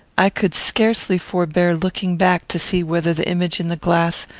i could scarcely forbear looking back to see whether the image in the glass,